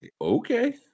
okay